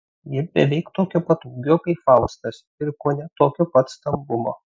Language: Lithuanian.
ji beveik tokio pat ūgio kaip faustas ir kone tokio pat stambumo